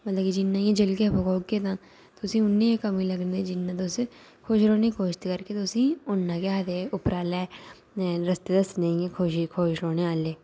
मतलब जिन्ने गै जलगे फकोगे तां तुसें गी उन्नी गै कमी लग्गनी जिन्ना तुस खुश रौह्ने दी कोशश करगे तुसें ई उन्ना गै केह् आखदे उप्परै आह्ले रस्ते दस्सने खुश रौह्ने आह्ले